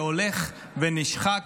שהולך ונשחק